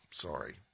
Sorry